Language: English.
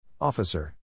Officer